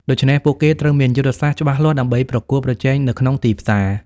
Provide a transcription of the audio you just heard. ដូច្នេះ ពួកគេត្រូវមានយុទ្ធសាស្ត្រច្បាស់លាស់ដើម្បីប្រកួតប្រជែងនៅក្នុងទីផ្សារ។